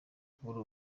kubura